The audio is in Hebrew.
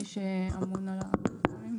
מי שאמון על הכטמ"בים?